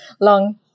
long